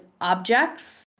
objects